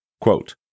Quote